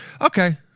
Okay